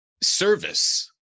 service